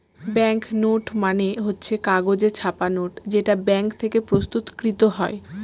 bank note মানে হচ্ছে কাগজে ছাপা নোট যেটা ব্যাঙ্ক থেকে প্রস্তুত কৃত হয়